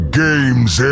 games